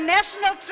National